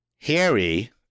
Harry